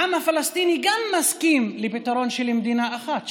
העם הפלסטיני מסכים גם לפתרון של מדינה אחת,